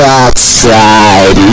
outside